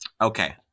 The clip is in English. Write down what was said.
Okay